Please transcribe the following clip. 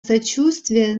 сочувствие